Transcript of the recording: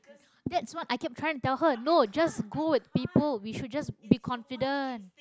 that what I keep current tell her no just go with people we should just be confident